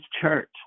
church